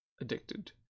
addicted